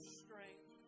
strength